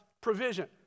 provision